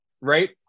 right